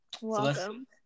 Welcome